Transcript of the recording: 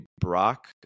Brock